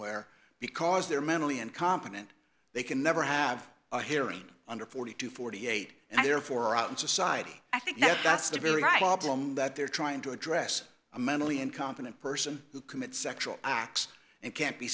where because they're mentally incompetent they can never have a hearing under forty to forty eight and therefore out in society i think that that's the really high oblong that they're trying to address a mentally incompetent person who commits sexual acts and can't be